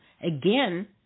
Again